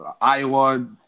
Iowa